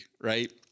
right